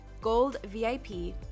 GOLDVIP